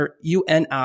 Uni